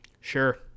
sure